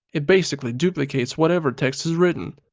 it basically duplicates whatever text is written.